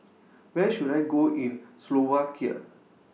Where should I Go in Slovakia